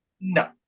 No